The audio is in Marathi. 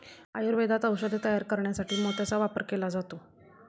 आयुर्वेदात औषधे तयार करण्यासाठी मोत्याचा वापर केला जातो